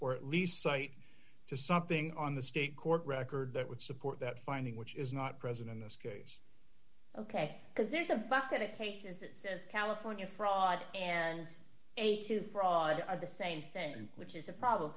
or at least cite to something on the state court record that would support that finding which is not present in this case ok because there's a bucket of cases that says california fraud and eight to fraud are the same thing which is a problem